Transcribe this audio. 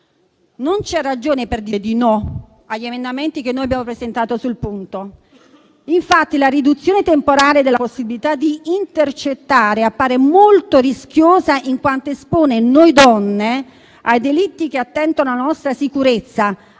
Non c'è ragione per dire di no agli emendamenti che abbiamo presentato sul punto. Infatti, la riduzione temporale della possibilità di intercettare appare molto rischiosa, in quanto espone noi donne ai delitti che attentano alla nostra sicurezza,